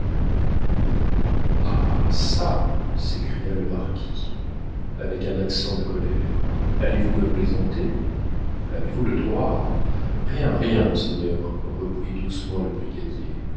ah çà s'écria le marquis avec un accent de colère allez-vous me plaisanter avez-vous le droit rien rien monseigneur reprit doucement le brigadier